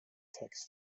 tex